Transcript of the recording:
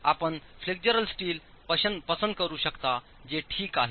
आपण flexural steel पसंत करू शकता जे ठीक आहे